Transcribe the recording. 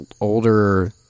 older